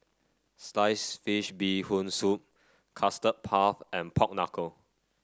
Sliced Fish Bee Hoon Soup Custard Puff and Pork Knuckle